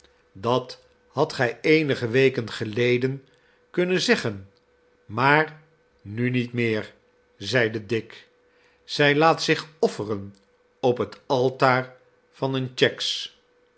dat hadt gij eenige weken geleden kunnen zeggen maar nu niet meer zeide dick zij laat zich offer en op het altaar van een cheggs